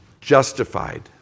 Justified